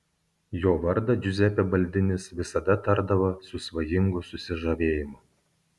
jo vardą džiuzepė baldinis visada tardavo su svajingu susižavėjimu